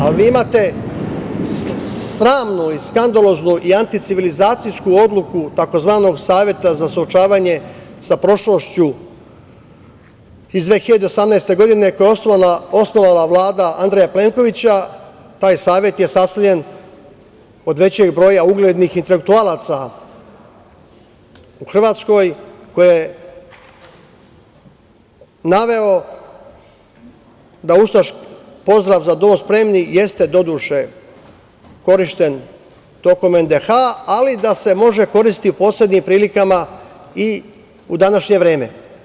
Ali, vi imate sramnu, skandaloznu i anti-civilizacijsku odluku tzv. "Saveta za suočavanje sa prošlošću" iz 2018. godine, koji je osnovala Vlada Andreja Plenkovića, taj "Savet" je sastavljen od većeg broja uglednih intelektualaca u Hrvatskoj, koji je naveo da ustaški pozdrav "za dom spremni" jeste doduše korišćen tokom NDH, ali da se može koristiti u posebnim prilikama i u današnje vreme.